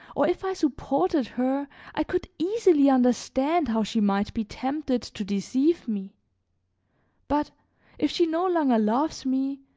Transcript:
or if i supported her i could easily understand how she might be tempted to deceive me but if she no longer loves me,